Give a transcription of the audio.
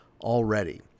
already